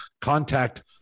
contact